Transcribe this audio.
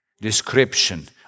description